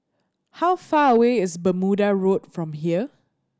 how far away is Bermuda Road from here